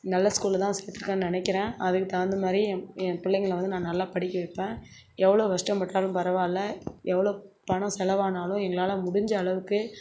நல்ல ஸ்கூலில் தான் சேர்த்துருக்கேன்னு நினைக்கிறேன் அதுக்கு தகுந்த மாதிரி என் என் பிள்ளைங்கள வந்து நான் நல்லா படிக்க வைப்பேன் எவ்வளோ கஷ்டப்பட்டாலும் பரவாயில்ல எவ்வளோ பணம் செலவானாலும் எங்களால் முடிஞ்ச அளவுக்கு